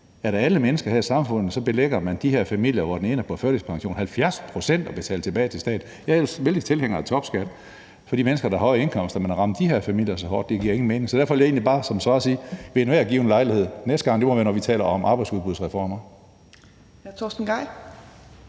ud af alle mennesker her i samfundet pålægger man de her familier, hvoraf den ene er på førtidspension, at betale 70 pct. tilbage til staten. Jeg er ellers en vældig stor tilhænger af topskat for de mennesker, der har høje indkomster, men at ramme de her familier så hårdt giver ingen mening. Så derfor vil jeg egentlig bare sige det ved enhver given lejlighed – og næste gang må være, når vi taler om arbejdsudbudsreformer.